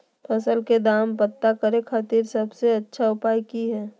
फसल के दाम पता करे खातिर सबसे अच्छा उपाय की हय?